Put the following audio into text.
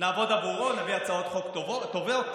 נעבוד עבורו, נביא הצעות חוק טובות,